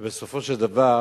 בסופו של דבר